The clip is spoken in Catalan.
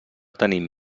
tenim